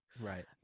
right